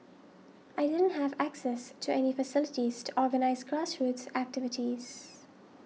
I didn't have access to any facilities to organise grassroots activities